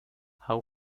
how